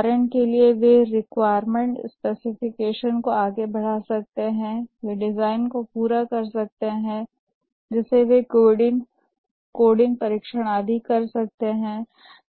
उदाहरण के लिए वे रिक्वायरमेंट स्पेसिफिकेशन को आगे बढ़ा सकते हैं वे डिजाइन को पूरा कर सकते हैं जिसे वे कोडिंग परीक्षण आदि कर सकते हैं